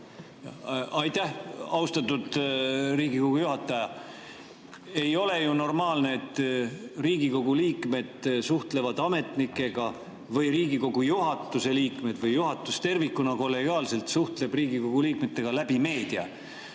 Aitäh, austatud Riigikogu juhataja! Ei ole ju normaalne, et Riigikogu liikmed suhtlevad ametnikega või Riigikogu juhatuse liikmed või juhatus tervikuna, kollegiaalselt suhtleb Riigikogu liikmetega läbi meedia.